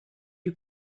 you